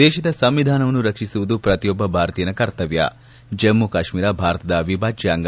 ದೇಶದ ಸಂವಿಧಾನವನ್ನು ರಕ್ಷಿಸುವುದು ಪ್ರತಿಯೊಬ್ಲ ಭಾರತೀಯನ ಕರ್ತವ್ಲ ಜಮ್ಲಿ ಕಾಶ್ಮೀರ ಭಾರತದ ಅವಿಭಾಜ್ಯ ಅಂಗ